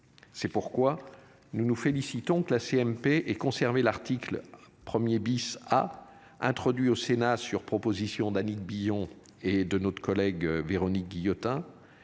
C'est pourquoi nous nous félicitons que la CMP et conserver l'article 1er bis a introduit au Sénat sur proposition d'Annick Billon et de notre collègue, Véronique Guillotin.